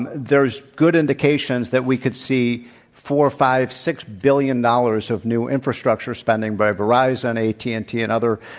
and there's good indications that we could see four, five, six billion dollars of new infrastructure spending by verizon, at t and t and other